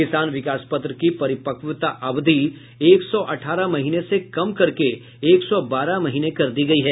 किसान विकास पत्र की परिपवक्ता अवधि एक सौ अठारह महीने से कम करके एक सौ बारह महीने कर दी गयी है